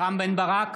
רם בן ברק,